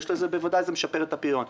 ובוודאי זה משפר את הפריון.